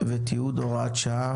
רישוי ותיעוד) (הוראות שעה),